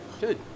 good